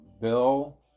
Bill